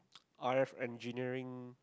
R_F engineering